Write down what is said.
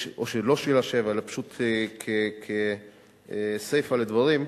או שלא שאלה 7 אלא פשוט כסיפא לדברים: